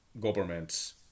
governments